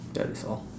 that is all